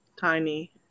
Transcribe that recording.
tiny